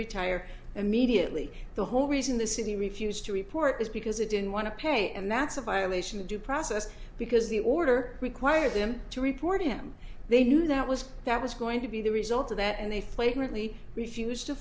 retire immediately the whole reason the city refused to report is because it didn't want to pay and that's a violation of due process because the order required them to report him they knew that was that was going to be the result of that and they flagrantly refused to